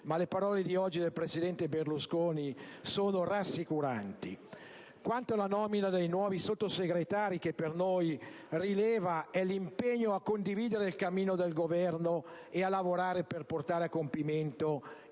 Ma le parole di oggi del presidente Berlusconi sono rassicuranti. Quanto alla nomina dei nuovi Sottosegretari, ciò che per noi rileva è l'impegno a condividere il cammino del Governo e a lavorare per portare a compimento